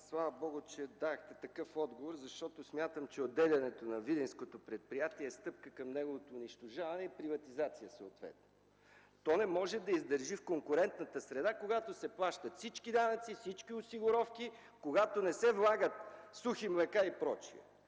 Слава Богу, че дадохте такъв отговор, защото смятам, че отделянето на видинското предприятие е стъпка към неговото унищожаване и съответно приватизация. То не може да издържи в конкурентната среда, когато се плащат всички данъци, всички осигуровки, когато не се влагат сухи млека и прочее.